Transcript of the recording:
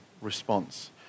response